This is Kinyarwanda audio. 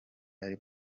ari